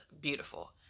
beautiful